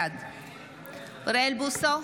בעד אוריאל בוסו,